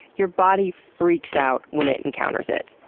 your body freaks out when it encounters it.